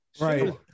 Right